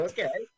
Okay